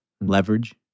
leverage